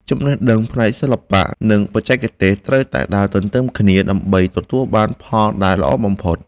ចំណេះដឹងផ្នែកសិល្បៈ និង បច្ចេកទេសត្រូវតែដើរទន្ទឹមគ្នាដើម្បីទទួលបានលទ្ធផលដែលល្អបំផុត។